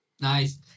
Nice